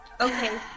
Okay